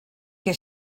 que